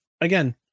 Again